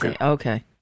Okay